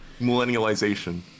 millennialization